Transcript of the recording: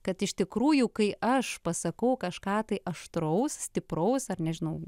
kad iš tikrųjų kai aš pasakau kažką tai aštraus stipraus ar nežinau